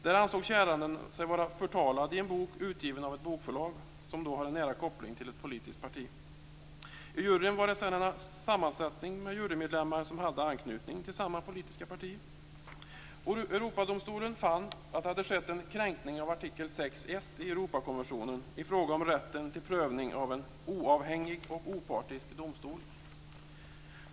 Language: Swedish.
Där ansåg käranden sig vara förtalad i en bok utgiven av ett bokförlag som hade nära koppling till ett politiskt parti. Juryn var sammansatt av jurymedlemmar som hade anknytning till samma politiska parti. Europadomstolen fann att det hade skett en kränkning av artikel 6:1 i Europakonventionen i fråga om rätten till prövning av en oavhängig och opartisk domstol.